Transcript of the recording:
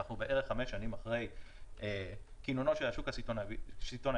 אנחנו בערך חמש שנים אחרי כינונו של השוק הסיטונאי בישראל.